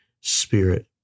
spirit